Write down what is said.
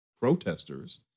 protesters